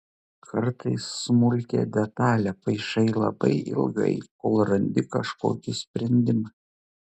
kartais smulkią detalią paišai labai ilgai kol randi kažkokį sprendimą